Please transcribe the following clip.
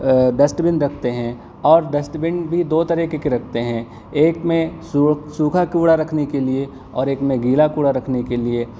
dust bin رکھتے ہیں اور ڈسٹ بن بھی دو طریقے کے رکھتے ہیں ایک میں سوکھا کوڑا رکھنے کے لیے اور ایک میں گیلا کوڑا رکھنے کے لیے